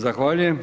Zahvaljujem.